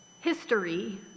History